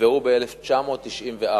נקבעו ב-1994.